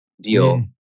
deal